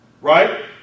Right